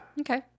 okay